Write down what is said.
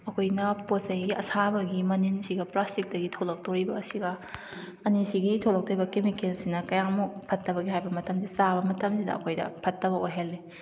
ꯑꯩꯈꯣꯏꯅ ꯄꯣꯠꯆꯩꯒꯤ ꯑꯁꯥꯕꯒꯤ ꯃꯅꯤꯟꯁꯤꯒ ꯄ꯭ꯂꯥꯁꯇꯤꯛꯇꯒꯤ ꯊꯣꯛꯂꯛꯇꯣꯔꯤꯕ ꯑꯁꯤꯒ ꯑꯅꯤꯁꯤꯒꯤ ꯊꯣꯛꯂꯛꯇꯣꯏꯕ ꯀꯦꯃꯦꯀꯦꯜꯁꯤꯅ ꯀꯌꯥꯃꯨꯛ ꯐꯠꯇꯕꯒꯦ ꯍꯥꯏꯕ ꯃꯇꯝꯁꯤꯗ ꯆꯥꯕ ꯃꯇꯝꯁꯤꯗ ꯑꯩꯈꯣꯏꯗ ꯐꯠꯇꯕ ꯑꯣꯏꯍꯜꯂꯤ